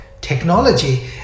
Technology